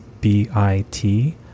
B-I-T